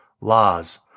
laws